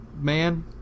man